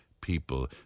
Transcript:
people